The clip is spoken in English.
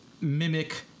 mimic